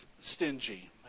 stingy